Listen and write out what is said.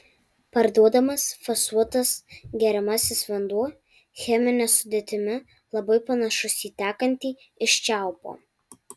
parduodamas fasuotas geriamasis vanduo chemine sudėtimi labai panašus į tekantį iš čiaupo